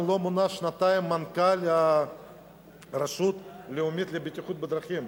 וגם לא מונה שנתיים מנכ"ל לרשות הלאומית לבטיחות בדרכים.